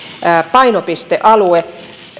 painopistealue